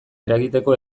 eragiteko